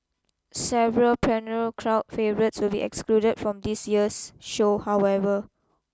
several perennial crowd favourites will be excluded from this year's show however